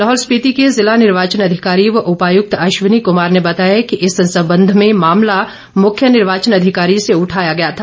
लाहौल स्पीति के जिला निर्वाचन अधिकारी व उपायुक्त अश्विनी कुमार ने बताया कि इस संबंध में मामला मुख्य निर्वाचन अधिकारी से उठाया गया था